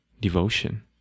devotion